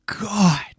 God